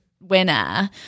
winner